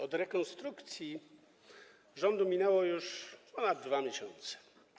Od rekonstrukcji rządu minęły już ponad 2 miesiące.